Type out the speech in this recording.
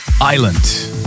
Island